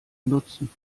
nutzen